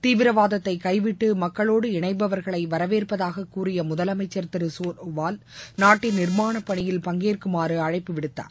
தீவிரவாதத்தைகைவிட்டுமக்களோடு இணைபவர்களைவரவேற்பதாககூறியமுதலமைச்சர் திருசோனோவால் நாட்டின் நிர்மாணப்பணியில் பங்கேற்குமாறுஅழைப்பு விடுத்தார்